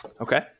Okay